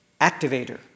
activator